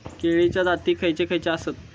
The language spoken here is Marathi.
केळीचे जाती खयचे खयचे आसत?